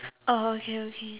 er okay okay